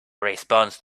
response